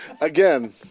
again